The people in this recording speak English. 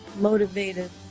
motivated